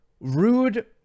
Rude